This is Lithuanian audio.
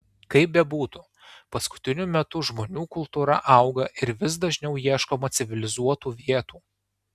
kaip bebūtų paskutiniu metu žmonių kultūra auga ir vis dažniau ieškoma civilizuotų vietų